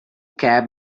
cab